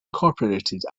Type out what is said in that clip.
incorporated